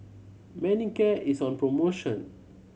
Manicare is on promotion